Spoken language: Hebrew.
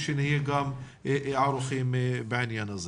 שנהיה גם ערוכים בעניין.